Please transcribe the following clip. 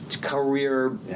career